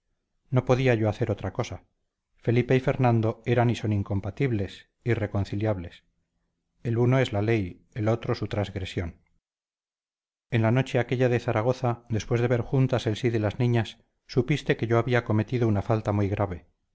no podía yo hacer otra cosa felipe y fernando eran y son incompatibles irreconciliables el uno es la ley el otro su transgresión en la noche aquella de zaragoza después de ver juntas el sí de las niñas supiste que yo había cometido una falta muy grave